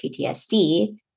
PTSD